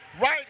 right